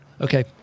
Okay